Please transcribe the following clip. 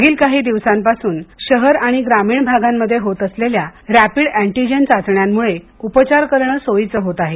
मागील काही दिवसांपासून शहर आणि ग्रामीण भागांमध्ये होत असलेल्या रॅपिड अँटीजेन चाचण्यांमुळे उपचार करणे सोयीचे होत आहे